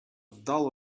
дал